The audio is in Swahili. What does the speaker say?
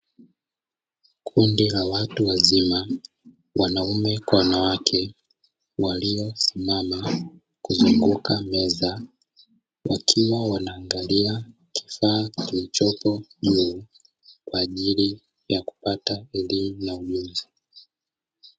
Kundi la watu wazima wanaume kwa wanawake walio simama kuzunguka meza wakiwa wanaangalia kifaa kilichopo juu kwa ajili ya kupata elimu na ujuzi.